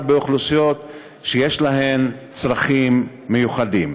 באוכלוסיות שיש להן צרכים מיוחדים.